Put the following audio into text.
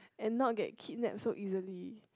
and not get kidnapped so easily